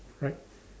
right